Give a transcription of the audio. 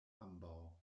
ambaŭ